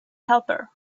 helper